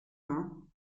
vingt